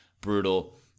brutal